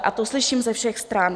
A to slyším ze všech stran.